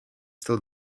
still